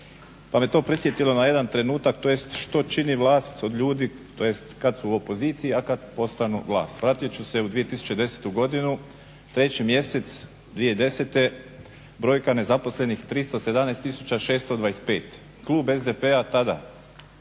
Pa me to prisjetilo na jedan trenutak, tj. što čini vlast od ljudi, tj. kad su u opoziciji a kad postanu vlast. Vratit ću se u 2010. godinu, 3 mjesec 2010. brojka nezaposlenih 317625. Klub SDP-a tada